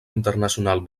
internacional